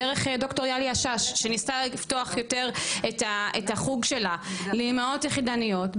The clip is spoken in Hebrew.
דרך ד"ר יאלי השש שניסתה לפתוח יותר את החוג שלה לאימהות יחידניות,